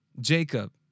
Jacob